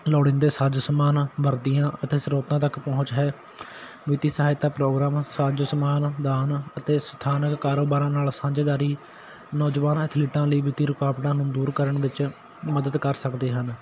ਲੋੜੀਂਦੇ ਸਾਜੋ ਸਮਾਨ ਵਰਦੀਆਂ ਅਤੇ ਸਰੋਤਾਂ ਤੱਕ ਪਹੁੰਚ ਹੈ ਵਿੱਤੀ ਸਹਾਇਤਾ ਪ੍ਰੋਗਰਾਮ ਸਾਜੋ ਸਮਾਨ ਦਾਨ ਅਤੇ ਸਥਾਨਕ ਕਾਰੋਬਾਰਾਂ ਨਾਲ ਸਾਂਝੇਦਾਰੀ ਨੌਜਵਾਨਾਂ ਅਥਲੀਟਾਂ ਲਈ ਵਿੱਤੀ ਰੁਕਾਵਟਾਂ ਨੂੰ ਦੂਰ ਕਰਨ ਵਿੱਚ ਮਦਦ ਕਰ ਸਕਦੇ ਹਨ